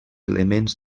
elements